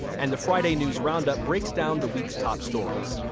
and the friday news roundup breaks down the week's top stories.